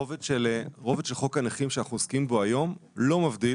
הרובד של חוק הנכים שאנחנו עוסקים בו היום לא מבדיל